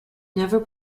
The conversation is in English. never